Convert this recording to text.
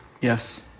Yes